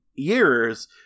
years